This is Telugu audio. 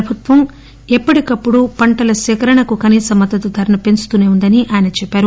ప్రభుత్వం ఎప్పటికప్పుడు పంటల సేకరణకు మద్దతుధరను పెంచుతూసే వుందని ఆయన చెప్పారు